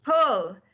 pull